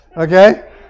Okay